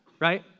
right